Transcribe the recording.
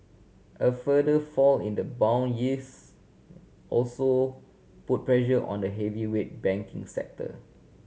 a further fall in the bond yields also put pressure on the heavyweight banking sector